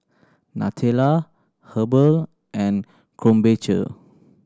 Nutella Habhal and Krombacher